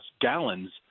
gallons